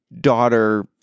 daughter